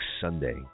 Sunday